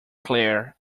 clare